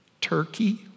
Turkey